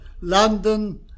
London